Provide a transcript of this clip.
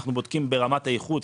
אנחנו בודקים ברמת האיחוד,